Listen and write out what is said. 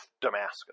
Damascus